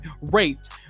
raped